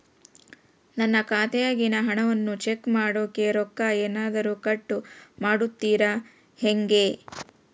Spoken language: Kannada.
ನನ್ನ ಖಾತೆಯಾಗಿನ ಹಣವನ್ನು ಚೆಕ್ ಮಾಡೋಕೆ ರೊಕ್ಕ ಏನಾದರೂ ಕಟ್ ಮಾಡುತ್ತೇರಾ ಹೆಂಗೆ?